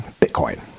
Bitcoin